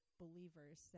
believers